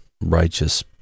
righteous